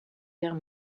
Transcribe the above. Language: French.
guerre